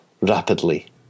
rapidly